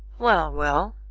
well, well.